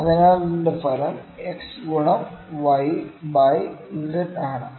അതിനാൽ അതിൻറെ ഫലം x ഗുണം y ബൈ z ആണ്